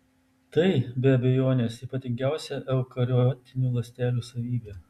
tai be abejonės ypatingiausia eukariotinių ląstelių savybė